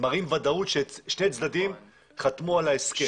מראים ודאות ששני הצדדים חתמו על ההסכם.